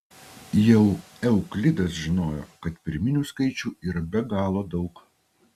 jau euklidas žinojo kad pirminių skaičių yra be galo daug